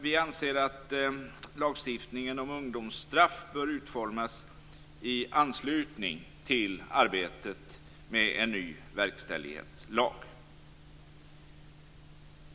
Vi anser att lagstiftningen om ungdomsstraff bör utformas i anslutning till arbetet med en ny verkställighetslag.